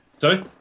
Sorry